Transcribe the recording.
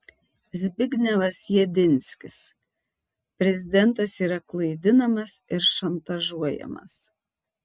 zbignevas jedinskis prezidentas yra klaidinamas ir šantažuojamas